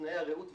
תנאי הראות וכו'.